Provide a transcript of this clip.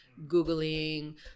Googling